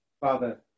Father